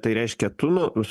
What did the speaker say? tai reiškia tu nu